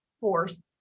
force